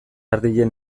ardien